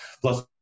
Plus